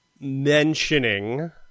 mentioning